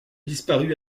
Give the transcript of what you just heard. disparut